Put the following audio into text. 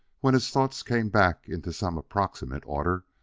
when his thoughts came back into some approximate order,